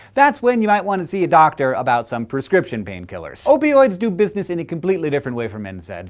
that's when you might want to see a doctor about some prescription pain killers. opioids do business in a completely different way from and nsaid's.